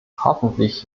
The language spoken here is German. hoffentlich